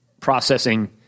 processing